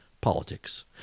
politics